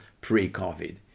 pre-COVID